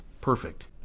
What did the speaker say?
Perfect